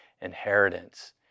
inheritance